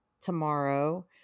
tomorrow